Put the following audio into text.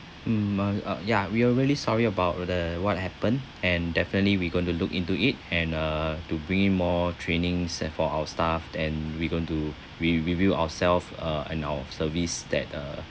mm uh uh ya we are really sorry about the what happened and definitely we going to look into it and uh to bring in more trainings uh for our staff then we going to re~ review ourself uh and our service that uh